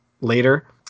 later